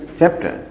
chapter